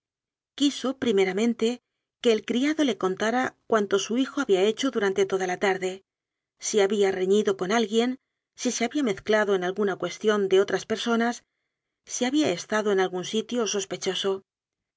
pri meramente que el criado le contara cuanto su hijo había hecho durante toda la tarde si había reñido con alguien si se había mezclado en al guna cuestión de otras personas si había esta do en algún sitio sospechoso